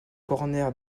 corner